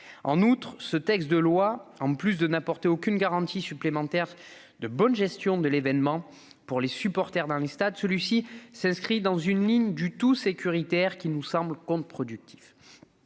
plus près. Ce texte de loi, en sus de n'apporter aucune garantie supplémentaire de bonne gestion de l'événement pour les supporters dans les stades, s'inscrit dans une ligne du tout sécuritaire qui nous semble contre-productive.